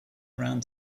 around